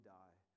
die